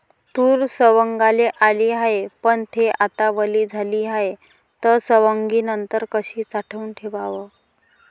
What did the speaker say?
तूर सवंगाले आली हाये, पन थे आता वली झाली हाये, त सवंगनीनंतर कशी साठवून ठेवाव?